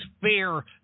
fair